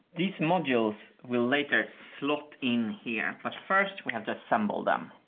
these modules will later slot in here, but first we have to assemble them.